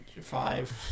five